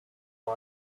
her